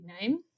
name